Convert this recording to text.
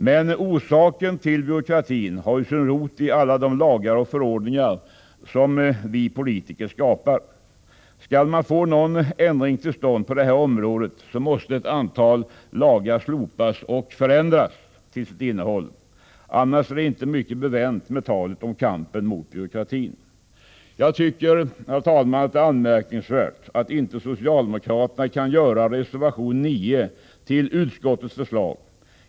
Men roten till byråkratin är ju alla de lagar och förordningar som vi politiker skapat. Skall man få någon ändring till stånd på detta område måste ett antal lagar slopas och förändras till sitt innehåll. Annars är det inte mycket bevänt med talet om kampen mot byråkratin. Jag tycker, herr talman, att det är anmärkningsvärt att inte socialdemokraterna kan göra reservation 9 till utskottets förslag.